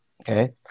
okay